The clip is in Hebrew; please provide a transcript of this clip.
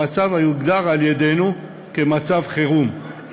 המצב הוגדר על-ידינו כמצב חירום,